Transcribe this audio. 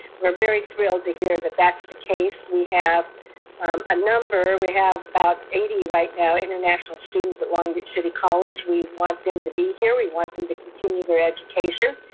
we're very thrilled to hear that that's the case. we have a number we have about eighty right now, international students at long beach city college. we want them to be here. we want them to continue their education.